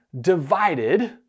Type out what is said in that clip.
divided